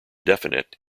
definite